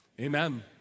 amen